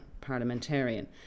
parliamentarian